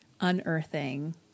unearthing